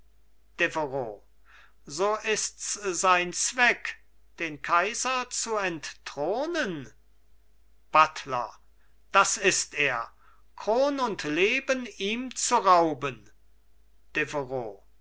so ists sein zweck den kaiser zu entthronen buttler das ist er kron und leben ihm zu rauben